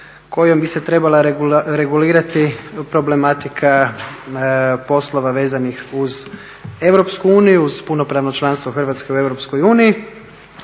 kojom bi se trebala regulirati problematika poslova vezanih uz EU uz punopravno članstvo Hrvatske u EU i dvije